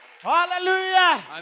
Hallelujah